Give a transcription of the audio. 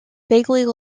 vaguely